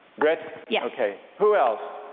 but yeah okay. who else?